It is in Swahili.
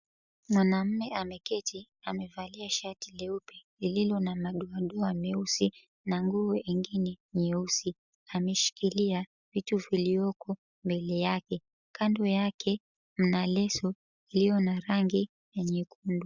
Mwanamume ameketi amevalia shati leupe lililo na madoadoa meusi na nguo ingine nyeusi ameshikilia vitu vilioko mbele yake kando yake mna leso ilio na rangi ya nyekundu.